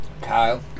Kyle